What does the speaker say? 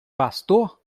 pastor